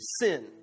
sin